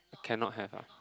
cannot have ah